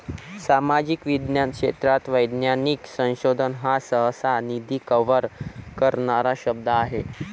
सामाजिक विज्ञान क्षेत्रात वैज्ञानिक संशोधन हा सहसा, निधी कव्हर करणारा शब्द आहे